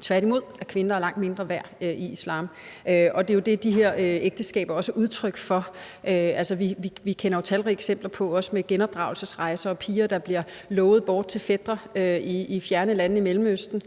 Tværtimod er kvinder langt mindre værd i islam, og det er jo det, de her ægteskaber også er udtryk for. Altså, vi kender jo til talrige eksempler på genopdragelsesrejser og piger, der bliver lovet bort til fætre i fjerne lande i Mellemøsten,